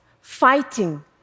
fighting